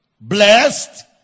blessed